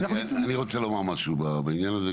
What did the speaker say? אני רוצה לומר משהו בעניין הזה,